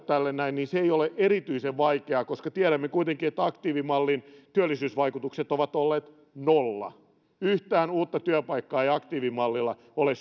tälle ei ole erityisen vaikeaa koska tiedämme kuitenkin että aktiivimallin työllisyysvaikutukset ovat olleet nolla yhtään uutta työpaikkaa ei aktiivimallilla ole